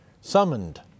summoned